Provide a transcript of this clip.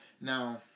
Now